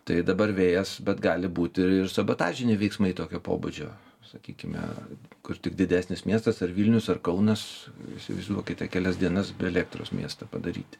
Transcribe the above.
tai dabar vėjas bet gali būti ir sabotažiniai veiksmai tokio pobūdžio sakykime kur tik didesnis miestas ar vilnius ar kaunas įsivaizduokite kelias dienas be elektros miestą padaryt